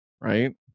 right